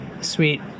sweet